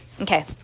okay